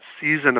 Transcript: season